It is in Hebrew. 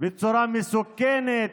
בצורה מסוכנת,